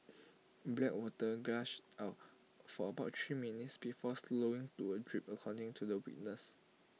black water gushed out for about three minutes before slowing to A drip according to the witness